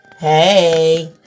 Hey